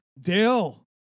Dale